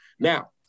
Now